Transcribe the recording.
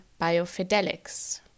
biofidelics